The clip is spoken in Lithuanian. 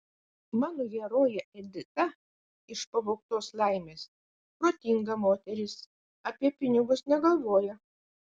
mano herojė edita iš pavogtos laimės protinga moteris apie pinigus negalvoja